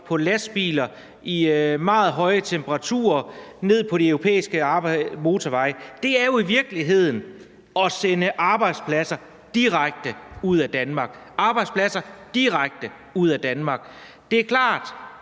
plads og meget høje temperaturer, og ned på de europæiske motorveje. Det er jo i virkeligheden at sende arbejdspladser direkte ud af Danmark. Det er klart, at der er stor